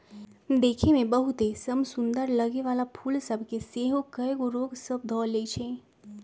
देखय में बहुते समसुन्दर लगे वला फूल सभ के सेहो कएगो रोग सभ ध लेए छइ